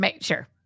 sure